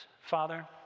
Father